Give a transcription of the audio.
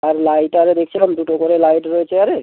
আর light আরে দেখছিলাম দুটো করে লাইট রয়েছে আরে